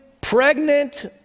pregnant